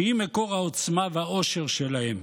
שהיא מקור העוצמה והאושר שלהם,